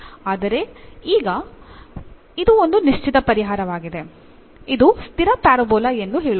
ಆದರೆ ಈಗ ಇದು ಒಂದು ನಿಶ್ಚಿತ ಪರಿಹಾರವಾಗಿದೆ ಇದು ಸ್ಥಿರ ಪ್ಯಾರಾಬೋಲಾ ಎಂದು ಹೇಳೋಣ